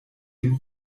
dem